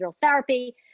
therapy